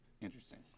Interesting